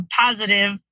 positive